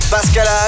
Pascal